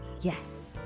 Yes